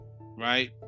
right